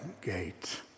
gate